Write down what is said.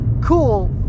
cool